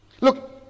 Look